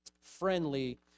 friendly